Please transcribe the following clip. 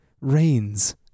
rains